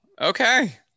Okay